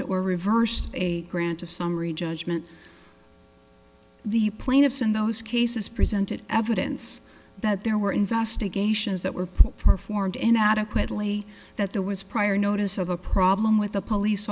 or reversed a grant of summary judgment the plaintiffs in those cases presented evidence that there were investigations that were performed in adequately that there was prior notice of a problem with the police